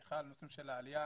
בכלל על הנושאים של העלייה,